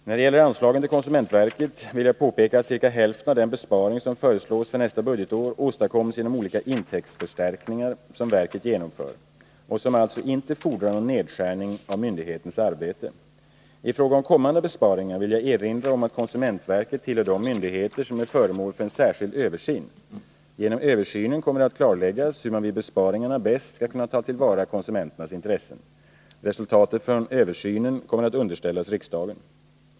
När det gäller anslagen till konsumentverket vill jag påpeka att ca hälften av den besparing som föreslås för nästa budgetår åstadkoms genom olika intäktsförstärkningar som verket genomför och som alltså inte fordrar någon nedskärning av myndighetens arbete. I fråga om kommande besparingar vill jag erinra om att konsumentverket tillhör de myndigheter som är föremål för särskild översyn. Genom översynen kommer det att klarläggas hur man vid besparingarna bäst skall kunna ta till vara konsumenternas intressen. Resultaten från översynen kommer att underställas riksdagen.